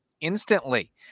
instantly